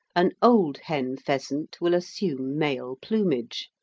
an old hen pheasant will assume male plumage,